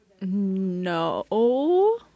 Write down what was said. no